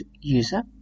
user